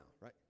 right